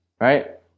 right